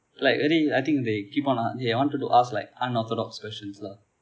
like very I think they keep on a~ they wanted to ask like unorthodox questions lah